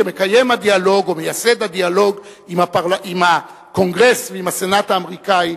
כמקיים הדיאלוג ומייסד הדיאלוג עם הקונגרס ועם הסנאט האמריקני,